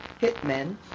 hitmen